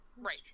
Right